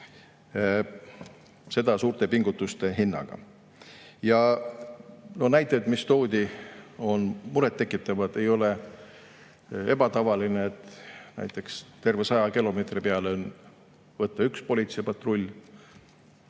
seda suurte pingutustega. Näited, mis toodi, on muret tekitavad. Ei ole ebatavaline, et näiteks terve 100 kilomeetri peale on võtta üks politseipatrull.